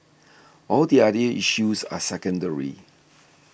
all the other issues are secondary